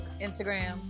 Instagram